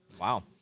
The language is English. Wow